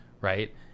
right